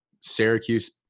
Syracuse